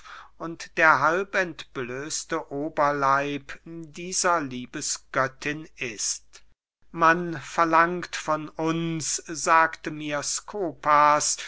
und der halb entblößte oberleib dieser liebesgöttin ist man verlangt von uns sagte mir skopas